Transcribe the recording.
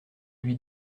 lui